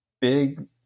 big